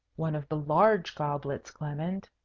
one of the large goblets, clement.